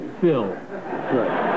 Fill